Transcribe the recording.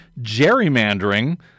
gerrymandering